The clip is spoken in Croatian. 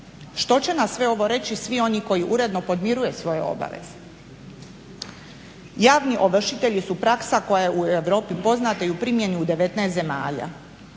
Što će na sve ovo reći svi oni koji uredno podmiruju svoje obaveze? Jadni ovršitelji su praksa koja je u Europi poznata i u primjeni u 19 zemalja.